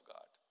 God